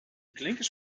klinkers